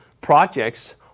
projects